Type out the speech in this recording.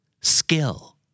Skill